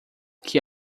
que